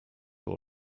all